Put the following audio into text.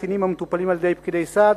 קטינים המטופלים על-ידי פקידי סעד,